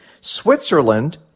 Switzerland